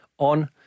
On